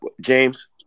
James